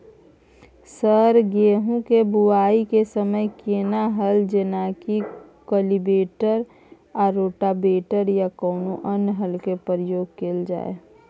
Sir गेहूं के बुआई के समय केना हल जेनाकी कल्टिवेटर आ रोटावेटर या कोनो अन्य हल के प्रयोग कैल जाए?